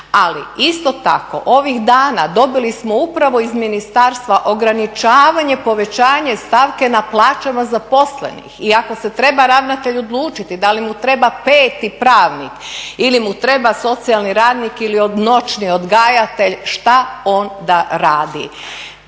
ali isto tako ovih dana dobili smo upravo iz ministarstva ograničavanje povećanje stavke na plaćama zaposlenih i ako se treba ravnatelj odlučiti da li mu treba peti pravnih ili mu treba socijalni radnik ili … odgajatelj, šta on da radi?